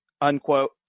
Unquote